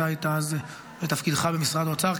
אתה היית אז בתפקידך במשרד האוצר,